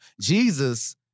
Jesus